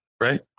right